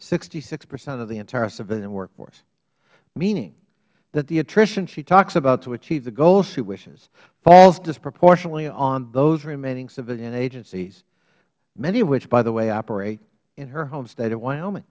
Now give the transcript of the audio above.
sixty six percent of the entire civilian workforce meaning that the attrition she talks about to achieve the goals she wishes falls disproportionately on those remaining civilian agencies many of which by the way operate in her home state of wyoming